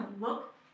look